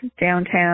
downtown